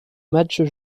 matches